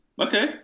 Okay